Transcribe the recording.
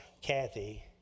Kathy